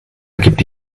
gibt